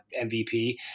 MVP